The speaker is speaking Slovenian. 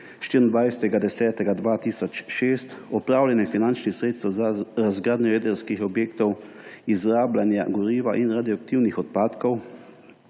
24. 10. 2006, upravljanje finančnih sredstev za razgradnjo jedrskih objektov, izrabljanje goriva in radioaktivnih odpadkov,